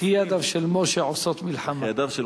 "וכי ידיו של משה עושות מלחמה?"